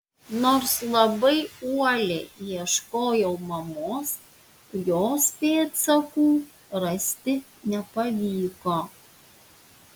nors labai uoliai ieškojau mamos jos pėdsakų rasti nepavyko